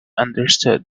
understood